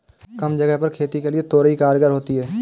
कम जगह पर खेती के लिए तोरई कारगर होती है